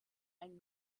ein